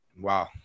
Wow